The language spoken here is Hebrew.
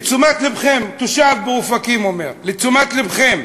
תושב באופקים אומר: לתשומת לבכם,